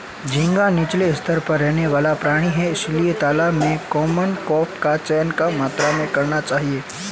झींगा नीचले स्तर पर रहने वाला प्राणी है इसलिए तालाब में कॉमन क्रॉप का चयन कम मात्रा में करना चाहिए